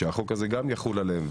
שהחוק הזה גם יחול עליהם.